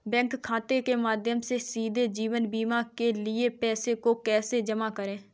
Bank खाते के माध्यम से सीधे जीवन बीमा के लिए पैसे को कैसे जमा करें?